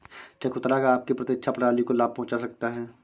चकोतरा आपकी प्रतिरक्षा प्रणाली को लाभ पहुंचा सकता है